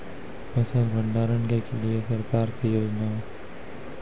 फसल भंडारण के लिए सरकार की योजना?